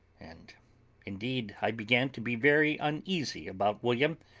and indeed i began to be very uneasy about william,